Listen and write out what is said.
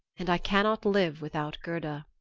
and i cannot live without gerda.